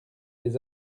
les